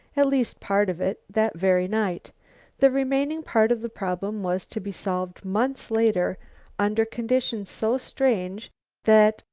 at least part of it, that very night the remaining part of the problem was to be solved months later under conditions so strange that,